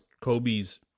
kobe's